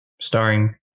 starring